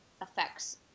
affects